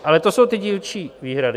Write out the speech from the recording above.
Ale to jsou ty dílčí výhrady.